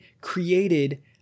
created